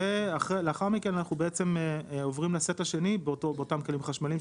לאחר מכן אנחנו עוברים לסט השני באותם כלים חשמליים,